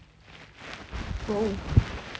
oh